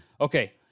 Okay